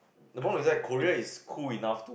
the problem is right Korea is cool enough to